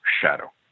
shadow